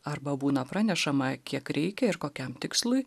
arba būna pranešama kiek reikia ir kokiam tikslui